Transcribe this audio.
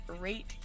rate